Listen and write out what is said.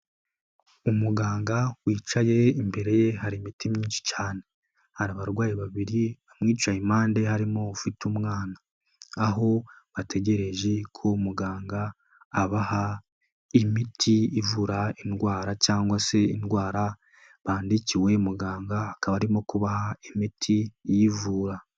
Umuganga wicaye imbere ye hari imiti myinshi cyane. Hari abarwayi babiri bamwicaye impande harimo ufite umwana. Aho bategereje ko muganga abaha imiti ivura indwara cyangwa se indwara bandikiwe muganga akaba arimo kubaha imiti iyivura.